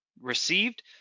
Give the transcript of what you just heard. received